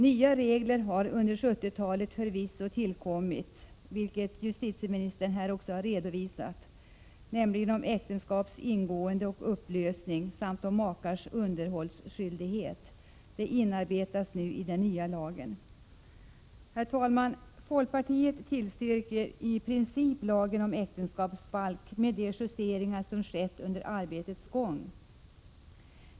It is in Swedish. Nya regler har under 70-talet förvisso tillkommit — vilket justitieministern här också har redovisat — om äktenskaps ingående och upplösning samt om makars underhållsskyldighet. De inarbetas i den nya lagen. Herr talman! Folkpartiet tillstyrker i princip lagen om äktenskapsbalk med de justeringar som skett under arbetets gång.